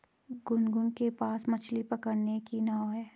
गुनगुन के पास मछ्ली पकड़ने की नाव है